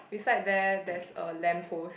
beside there there's a lamp post